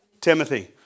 Timothy